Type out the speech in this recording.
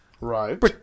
Right